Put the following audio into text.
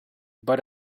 but